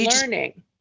learning